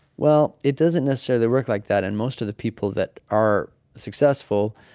well, it doesn't necessarily work like that. and most of the people that are successful,